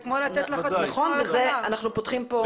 זה כמו לתת לחתול לשמור על החלב.